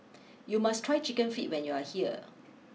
you must try Chicken Feet when you are here